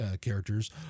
characters